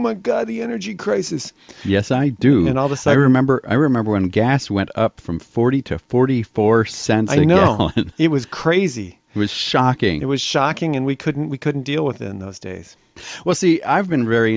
my god the energy crisis yes i do and all this i remember i remember when gas went up from forty to forty four cents you know it was crazy it was shocking it was shocking and we couldn't we couldn't deal with it in those days well see i've been very